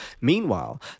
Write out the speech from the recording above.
Meanwhile